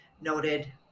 noted